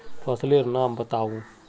फसल लेर नाम बाताउ?